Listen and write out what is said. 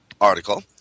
article